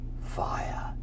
fire